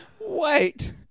Wait